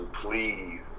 please